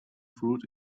fruit